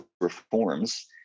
reforms